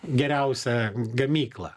geriausia gamykla